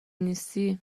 نیستی